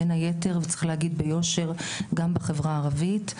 בין היתר, וצריך להגיד ביושר, גם בחברה הערבית.